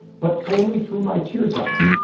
but only through my tear ducts.